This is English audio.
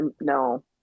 no